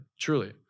truly